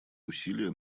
усилия